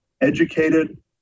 educated